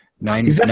Nine